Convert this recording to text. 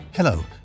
Hello